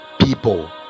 people